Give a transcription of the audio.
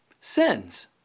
sins